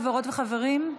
חברות וחברים,